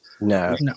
No